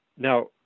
Now